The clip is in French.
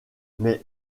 mais